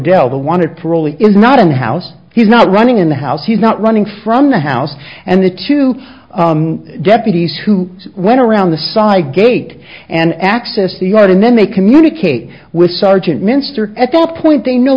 really is not in house he's not running in the house he's not running from the house and the two deputies who went around the side gate and access the yard and then they communicate with sergeant minster at that point they know